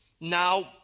now